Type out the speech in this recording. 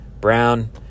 Brown